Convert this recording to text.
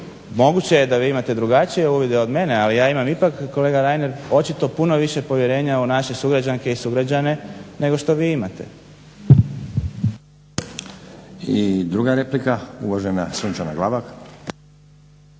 Moguće je da vi imate drugačije uvide od mene ali ja imam ipak kolega Reiner očito više povjerenja u naše sugrađanke i sugrađane nego što vi imate. **Stazić, Nenad (SDP)** I druga replika, uvažena Sunčana Glavak.